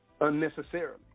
Unnecessarily